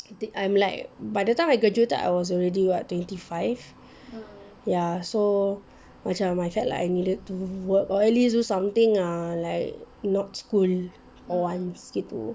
you think I'm like by the time I graduated I was already what twenty five ya so macam I felt like I needed to work or at least do something ah like not school for once gitu